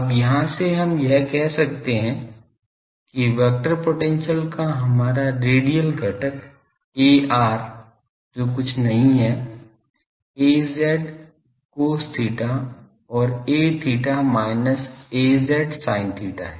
अब यहाँ से हम यह कह सकते हैं कि वेक्टर पोटेंशियल का हमारा रेडियल घटक Ar जो कुछ नहीं है Az cos theta और Aθ minus Az sin theta है